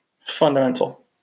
fundamental